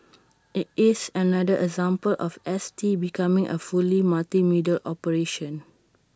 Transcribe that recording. IT is another example of S T becoming A fully multimedia operation